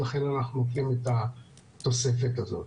לכן אנחנו נותנים את התוספת הזאת.